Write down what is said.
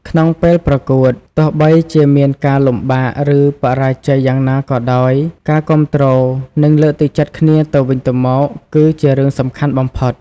ក្នុងពេលប្រកួត ទោះបីជាមានការលំបាក ឬបរាជ័យយ៉ាងណាក៏ដោយ ការគាំទ្រ និងលើកទឹកចិត្តគ្នាទៅវិញទៅមកគឺជារឿងសំខាន់បំផុត។